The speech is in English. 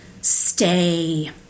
stay